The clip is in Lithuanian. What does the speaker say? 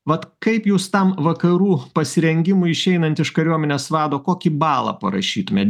vat kaip jūs tam vakarų pasirengimui išeinant iš kariuomenės vado kokį balą parašytumėt